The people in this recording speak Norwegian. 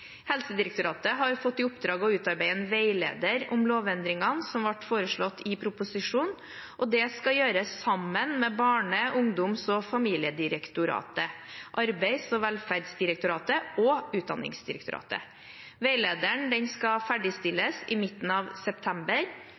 Helsedirektoratet har fått i oppdrag å utarbeide en veileder om lovendringene som ble foreslått i proposisjonen. Det skal gjøres sammen med Barne-, ungdoms- og familiedirektoratet, Arbeids- og velferdsdirektoratet og Utdanningsdirektoratet. Veilederen skal ferdigstilles i midten av september.